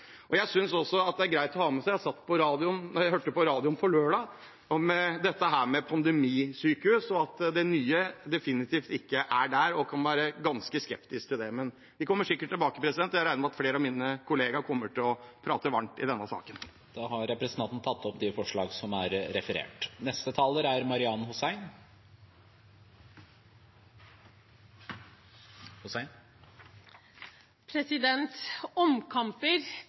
greit å ha med seg: Jeg hørte på radioen på lørdag om dette med pandemisykehus, og at det nye definitivt ikke er det, og man kan være ganske skeptisk til det. Men vi kommer sikkert tilbake. Jeg regner med at flere av mine kollegaer kommer til å prate varmt i denne saken. Da har representanten Bård Hoksrud tatt opp de forslagene han refererte til. Omkamper kan være klokt, særlig i viktige saker, som